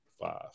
five